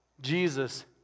Jesus